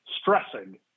stressing